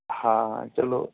ਹਾਂ ਚਲੋ